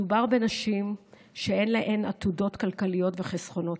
מדובר בנשים שאין להן עתודות כלכליות וחסכונות.